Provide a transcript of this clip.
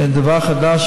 החשוב הזה,